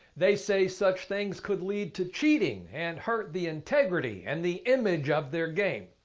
they say such things could lead to cheating. and hurt the integrity and the image of their games.